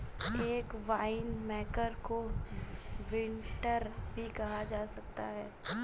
एक वाइनमेकर को विंटनर भी कहा जा सकता है